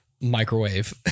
microwave